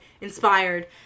inspired